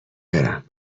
برم